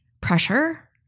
pressure